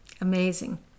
Amazing